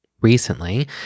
recently